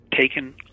taken